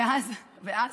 ואז,